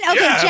Okay